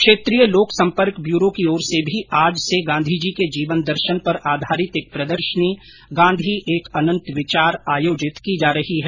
क्षेत्रीय लोक संपर्क ब्यूरो की ओर से भी आज से गांधी जी के जीवन दर्शन पर आधारित एक प्रदर्शनी गांधी एक अनत विचार आयोजित की जा रही है